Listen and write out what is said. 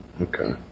Okay